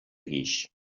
guix